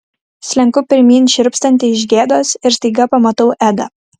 slenku pirmyn šiurpstanti iš gėdos ir staiga pamatau edą